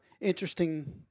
interesting